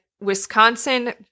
Wisconsin